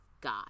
god